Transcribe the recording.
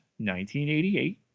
1988